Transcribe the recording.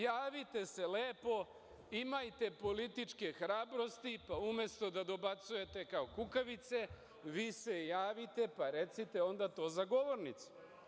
Javite se lepo, imajte političke hrabrosti, pa umesto da dobacujete kao kukavice, vi se javite, pa recite onda to za govornicom.